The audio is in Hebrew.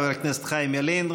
תודה, חבר הכנסת חיים ילין.